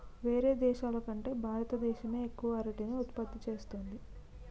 వేరే దేశాల కంటే భారత దేశమే ఎక్కువ అరటిని ఉత్పత్తి చేస్తంది